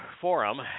Forum